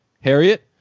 Harriet